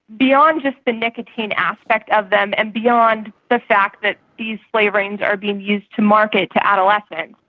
beyond just the nicotine aspect of them and beyond the fact that these flavourings are being used to market to adolescents.